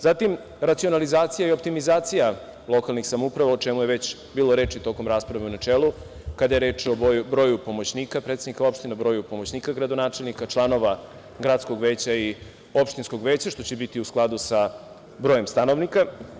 Zatim, racionalizacija i optimizacija lokalnih samouprava, a o čemu je već bilo reči tokom rasprave u načelu, kada je reč o broju pomoćnika predsednika opštine, broju pomoćnika gradonačelnika, članova gradskog veća i opštinskog veća, što će biti u skladu sa brojem stanovnika.